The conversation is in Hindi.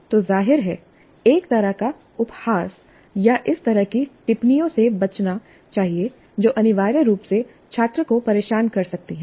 तो जाहिर है एक तरह का उपहास या इस तरह की टिप्पणियों से बचना चाहिए जो अनिवार्य रूप से छात्र को परेशान करती हैं